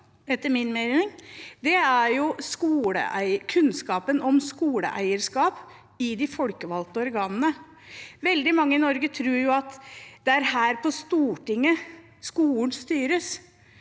etter min mening skorter på, er kunnskapen om skoleeierskap i de folkevalgte organene. Veldig mange i Norge tror at det er her på Stortinget skolen styres.